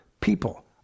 People